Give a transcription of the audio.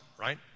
right